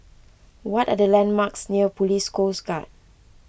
what are the landmarks near Police Coast Guard